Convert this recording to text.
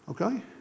okay